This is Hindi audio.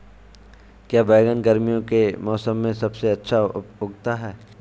क्या बैगन गर्मियों के मौसम में सबसे अच्छा उगता है?